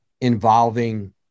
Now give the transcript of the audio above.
involving